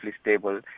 stable